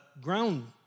ground